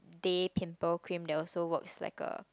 day pimple cream they also works like a